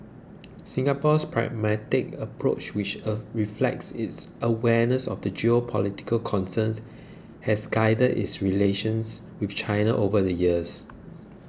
Singapore's pragmatic approach which a reflects its awareness of the geopolitical concerns has guided its relations with China over the years